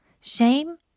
Shame